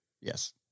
Yes